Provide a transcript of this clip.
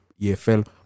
EFL